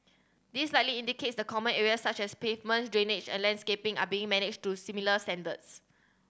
this likely indicates the common areas such as pavement drainage and landscaping are being managed to similar standards